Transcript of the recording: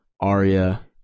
Arya